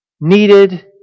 needed